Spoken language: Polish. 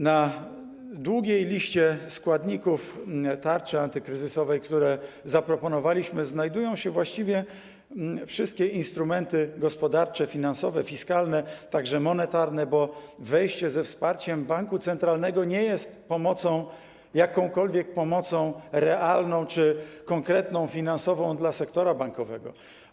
Na długiej liście składników tarczy antykryzysowej, które zaproponowaliśmy, znajdują się właściwie wszystkie instrumenty gospodarcze, finansowe, fiskalne, także monetarne, bo wejście ze wsparciem banku centralnego nie jest jakąkolwiek realną, konkretną pomocą finansową dla sektora bankowego.